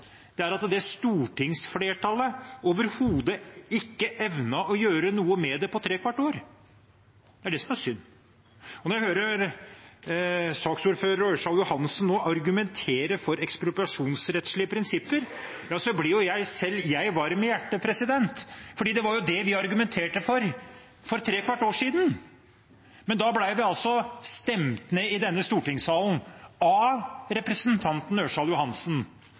er at stortingsflertallet overhodet ikke evnet å gjøre noe med det på trekvart år – det er det som er synd. Når jeg hører saksordføreren, Ørsal Johansen, argumentere for ekspropriasjonsrettslige prinsipper, blir selv jeg varm i hjertet, for det var jo det vi argumenterte for for trekvart år siden. Men da ble vi altså stemt ned i stortingssalen av representanten Ørsal Johansen,